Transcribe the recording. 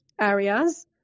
areas